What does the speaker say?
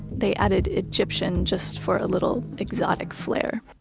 they added egyptian just for a little exotic flare.